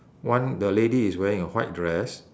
one the lady is wearing a white dress